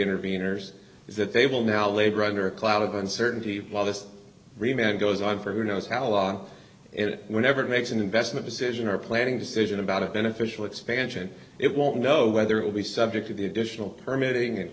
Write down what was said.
interveners is that they will now labor under a cloud of uncertainty while this remained goes on for who knows how long it whenever it makes an investment decision or planning decision about a beneficial expansion it won't know whether it will be subject to the additional permeating it